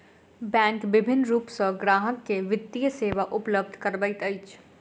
bank विभिन्न रूप सॅ ग्राहक के वित्तीय सेवा उपलब्ध करबैत अछि